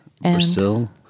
Brazil